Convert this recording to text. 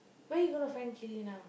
where you gonna find kili now